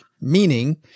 meaning